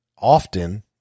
often